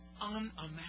unimaginable